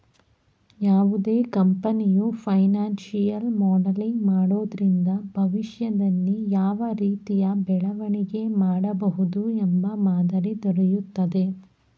ಯಾವುದೇ ಕಂಪನಿಯು financial modelling ಮಾಡೋದ್ರಿಂದ ಭವಿಷ್ಯದಲ್ಲಿ ಯಾವ ರೀತಿಯ ಬೆಳವಣಿಗೆ ಮಾಡಬಹುದು ಎಂಬ ಮಾದರಿ ದೊರೆಯುತ್ತದೆ